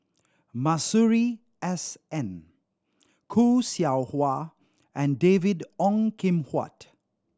Masuri S N Khoo Seow Hwa and David Ong Kim Huat